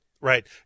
right